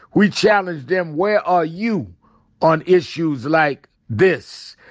we challenge them. where are you on issues like this?